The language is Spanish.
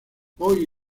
hoy